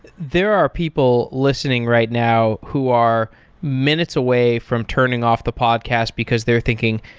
there are people listening right now who are minutes away from turning off the podcast because they're thinking,